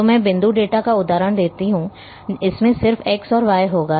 तो मैं बिंदु डेटा का उदाहरण देता हूं इसमें सिर्फ x और y होगा